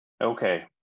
Okay